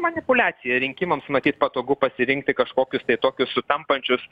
manipuliacija rinkimams matyt patogu pasirinkti kažkokius tai tokius sutampančius